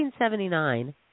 1979